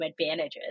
advantages